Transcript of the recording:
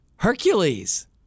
Hercules